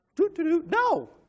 No